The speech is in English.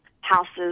houses